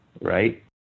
right